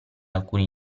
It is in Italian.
alcuni